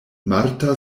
marta